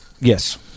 Yes